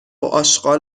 اشغال